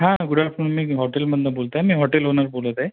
हां good afternoon मी हॉटेलमधनं बोलतो आहे मी हॉटेल ओनर बोलत आहे